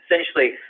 Essentially